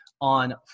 on